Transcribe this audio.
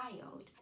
child